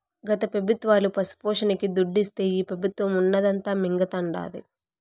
గత పెబుత్వాలు పశుపోషణకి దుడ్డిస్తే ఈ పెబుత్వం ఉన్నదంతా మింగతండాది